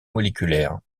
moléculaires